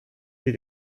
sie